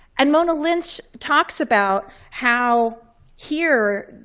and mona lynch talks about how here,